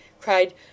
cried